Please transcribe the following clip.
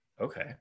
okay